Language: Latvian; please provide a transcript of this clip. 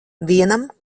vienam